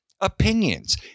opinions